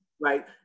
Right